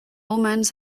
omens